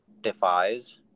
defies